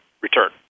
return